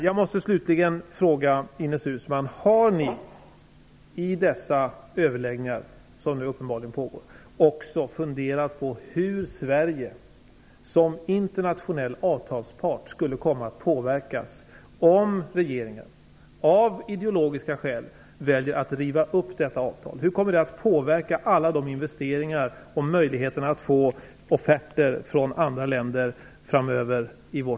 Jag måste slutligen fråga Ines Uusmann: Har ni i de överläggningar som nu uppenbarligen pågår också funderat över hur Sverige som internationell avtalspart skulle komma att påverkas om regeringen av ideologiska skäl väljer att riva upp detta avtal. Hur kommer det att påverka alla investeringar och möjligheten att få offerter från andra länder framöver?